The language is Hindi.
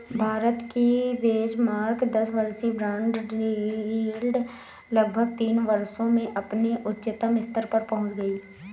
भारत की बेंचमार्क दस वर्षीय बॉन्ड यील्ड लगभग तीन वर्षों में अपने उच्चतम स्तर पर पहुंच गई